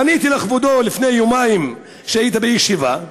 פניתי אל כבודו לפני יומיים, כשהיית בישיבה.